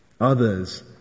Others